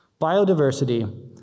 Biodiversity